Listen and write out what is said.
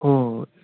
ꯍꯣꯏ ꯍꯣꯏ ꯍꯣꯏ